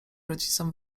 rodzicom